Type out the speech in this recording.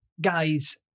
guys